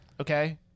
Okay